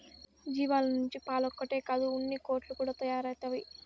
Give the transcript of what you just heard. జీవాల నుంచి పాలొక్కటే కాదు ఉన్నికోట్లు కూడా తయారైతవి